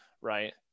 right